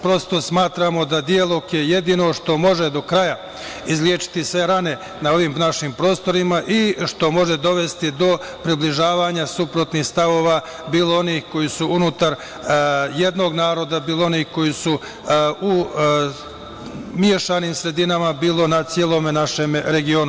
Prosto smatramo da dijalog je jedino što može do kraja izlečiti sve strane na ovim našim prostorima i što može dovesti do približavanja suprotnih stavova, bilo onih koji su unutar jednog naroda, bilo onih koji su na mešanim sredinama, bilo na celom našem regionu.